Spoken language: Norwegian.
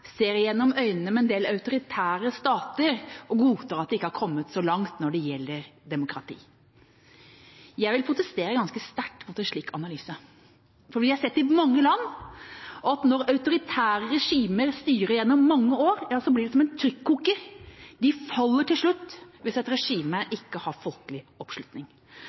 ser gjennom fingrene med en del autoritære stater, og godtar at de ikke er kommet så langt når det gjelder demokrati. Jeg vil protestere ganske sterkt mot en slik analyse, for vi har sett i mange land at når autoritære regimer styrer gjennom mange år, blir det som en trykkoker: Regimer faller til slutt hvis de ikke har folkelig oppslutning.